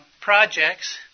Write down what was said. projects